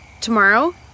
Tomorrow